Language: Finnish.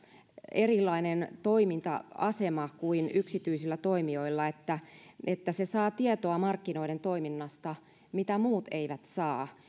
erilainen toiminta asema kuin yksityisillä toimijoilla sitä kautta että se saa markkinoiden toiminnasta tietoa mitä muut eivät saa